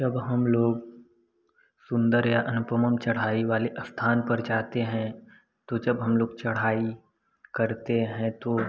जब हम लोग सुन्दर या अनुपमन चढ़ाई वाले स्थान पर जाते हैं तो जब हम लोग चढ़ाई करते हैं तो